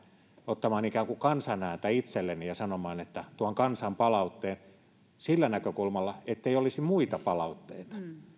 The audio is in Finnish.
ottamaan ikään kuin kansan ääntä itselleni ja sanomaan että tuon kansan palautteen sillä näkökulmalla ettei olisi muita palautteita